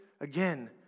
again